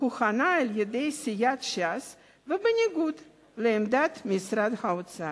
שהוכנה על-ידי סיעת ש"ס ובניגוד לעמדת משרד האוצר.